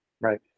Right